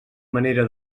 manera